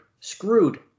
Screwed